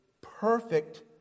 perfect